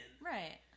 Right